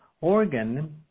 organ